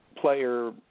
player